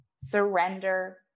surrender